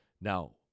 Now